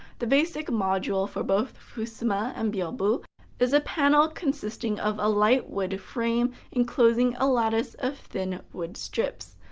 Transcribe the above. the basic module for both fusuma and byobu is a panel consisting of a light wood frame enclosing a lattice of thin wood strips.